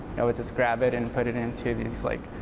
i would just grab it and put it into these, like,